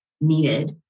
needed